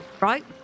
Right